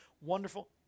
wonderful